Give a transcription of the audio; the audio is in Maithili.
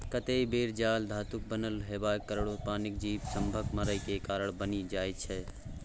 कतेक बेर जाल धातुक बनल हेबाक कारणेँ पानिक जीब सभक मरय केर कारण बनि जाइ छै